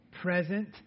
present